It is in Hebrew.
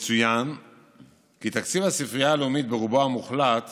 יצוין כי תקציב הספרייה הלאומית ברובו המוחלט